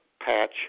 Patch